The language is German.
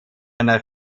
einer